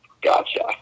Gotcha